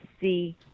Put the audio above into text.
see